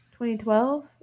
2012